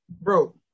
Bro